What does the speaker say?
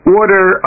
order